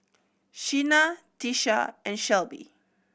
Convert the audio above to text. Sheena Tisha and Shelbie